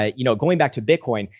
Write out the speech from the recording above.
ah you know, going back to bitcoin,